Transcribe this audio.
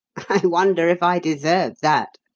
wonder if i deserve that?